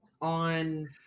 on